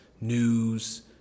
news